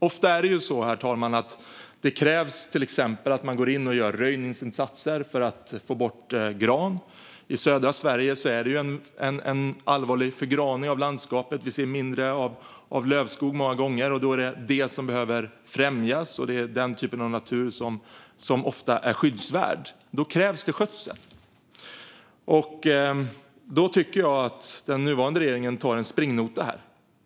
Ofta är det till exempel så, herr talman, att det krävs att man går in och gör röjningsinsatser för att få bort gran. I södra Sverige sker en allvarlig förgraning av landskapet. Det blir på många platser mindre lövskog. Men den typen av natur är ofta skyddsvärd och behöver främjas. Då krävs det skötsel. Jag tycker att den nuvarande regeringen tar en springnota här.